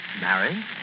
Married